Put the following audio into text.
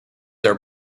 are